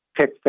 pick